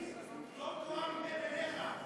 טול קורה מבין עיניך.